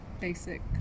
basic